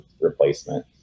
replacement